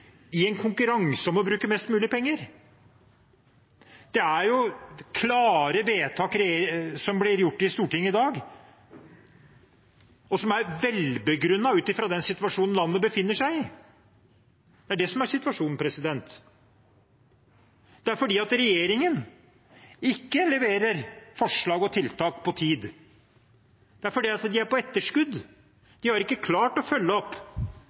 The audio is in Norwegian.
i Stortinget gir regjeringen i en konkurranse om å bruke mest mulig penger. Det er klare vedtak som blir gjort i Stortinget i dag, og som er velbegrunnede ut fra den situasjonen landet befinner seg i. Det er det som er situasjonen. Det er fordi regjeringen ikke leverer forslag og tiltak på tid. Det er fordi de er på etterskudd – de har ikke klart å følge opp